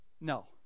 No